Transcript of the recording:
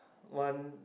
one